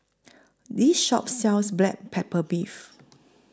This Shop sells Black Pepper Beef